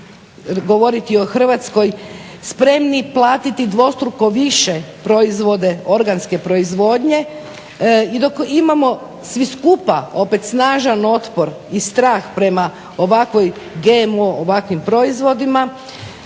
govoriti o Hrvatskoj, spremni platiti dvostruko više proizvode organske proizvodnje i dok imamo svi skupa opet snažan otpor i strah prema ovakvim GMO proizvodima